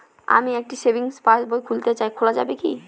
আমি একটি সেভিংস পাসবই খুলতে চাই খোলা যাবে কি?